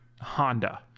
honda